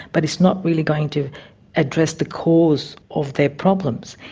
but it's not really going to address the cause of their problems.